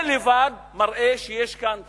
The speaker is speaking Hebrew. זה לבד מראה שיש כאן תחבולה,